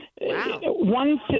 one